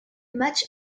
matchs